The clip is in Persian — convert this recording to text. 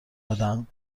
بدهم